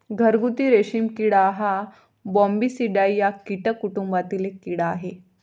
घरगुती रेशीम किडा हा बॉम्बीसिडाई या कीटक कुटुंबातील एक कीड़ा आहे